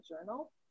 journal